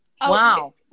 Wow